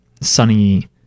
sunny